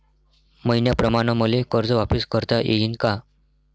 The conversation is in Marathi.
मईन्याप्रमाणं मले कर्ज वापिस करता येईन का?